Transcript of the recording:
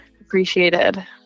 appreciated